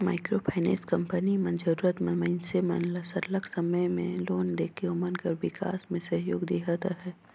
micro finance company मन जरूरत मंद मइनसे मन ल सरलग समे में लोन देके ओमन कर बिकास में सहयोग देहत अहे